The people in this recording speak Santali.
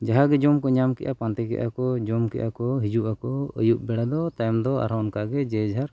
ᱡᱟᱦᱟᱸᱜᱮ ᱡᱚᱢ ᱠᱚ ᱧᱟᱢ ᱠᱮᱜᱼᱟ ᱯᱟᱱᱛᱮ ᱠᱮᱜ ᱟᱠᱚ ᱡᱚᱢ ᱠᱮᱜ ᱟᱠᱚ ᱦᱤᱡᱩᱜ ᱟᱠᱚ ᱟᱹᱭᱩᱵ ᱵᱮᱲᱟ ᱫᱚ ᱛᱟᱭᱚᱢ ᱫᱚ ᱟᱨᱦᱚᱸ ᱚᱱᱠᱟᱜᱮ ᱡᱮ ᱡᱟᱦᱟᱨ